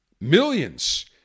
millions